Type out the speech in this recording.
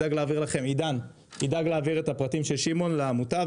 עידן ידאג להעביר את הפרטים של שמעון לעמותה,